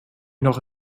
mich